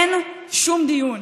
אין שום דיון.